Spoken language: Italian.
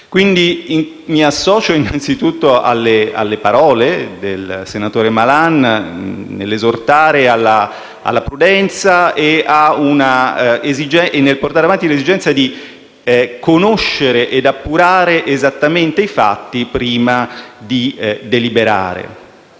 Quindi mi associo innanzitutto alle parole del senatore Malan, nell’esortare alla prudenza e nel portare avanti l’esigenza di conoscere ed appurare esattamente i fatti prima di deliberare.